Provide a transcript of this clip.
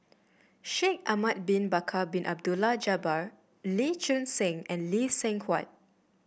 Shaikh Ahmad Bin Bakar Bin Abdullah Jabbar Lee Choon Seng and Lee Seng Huat